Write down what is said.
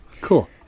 Cool